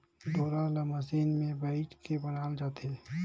डोरा ल मसीन मे बइट के बनाल जाथे